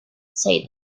said